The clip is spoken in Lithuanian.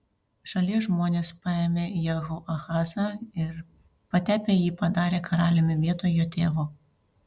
šalies žmonės paėmė jehoahazą ir patepę jį padarė karaliumi vietoj jo tėvo